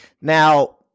Now